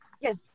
Yes